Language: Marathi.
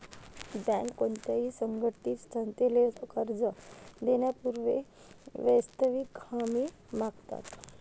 बँका कोणत्याही असंघटित संस्थेला कर्ज देण्यापूर्वी वैयक्तिक हमी मागतात